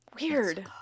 Weird